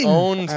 own